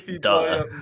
duh